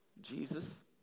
Jesus